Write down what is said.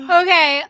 okay